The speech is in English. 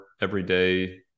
everyday